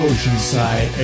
Oceanside